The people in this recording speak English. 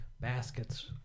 baskets